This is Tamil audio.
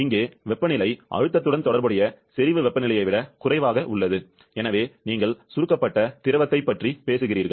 இங்கே வெப்பநிலை அழுத்தத்துடன் தொடர்புடைய செறிவு வெப்பநிலையை விட குறைவாக உள்ளது எனவே நீங்கள் சுருக்கப்பட்ட திரவத்தைப் பற்றி பேசுகிறீர்கள்